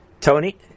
Tony